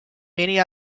many